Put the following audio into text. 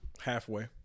halfway